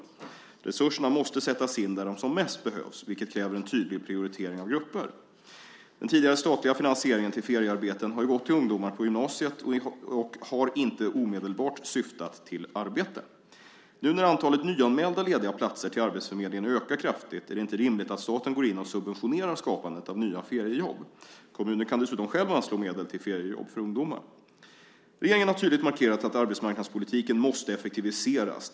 Resurserna måste sättas in där de som mest behövs, vilket kräver en tydlig prioritering av grupper. Den tidigare statliga finansieringen till feriearbeten har ju gått till ungdomar på gymnasiet och har inte omedelbart syftat till arbete. Nu när antalet nyanmälda lediga platser till arbetsförmedlingen ökar kraftigt är det inte rimligt att staten går in och subventionerar skapandet av nya feriejobb. Kommuner kan dessutom själv anslå medel till feriejobb för ungdomar. Regeringen har tydligt markerat att arbetsmarknadspolitiken måste effektiviseras.